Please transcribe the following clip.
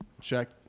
check